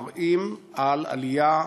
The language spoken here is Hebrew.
מראים עלייה